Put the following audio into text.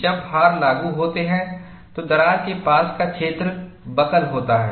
जब भार लागू होते हैं तो दरार के पास का क्षेत्र बकल होता है